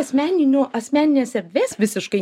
asmeninių asmeninės erdvės visiškai